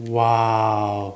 !wow!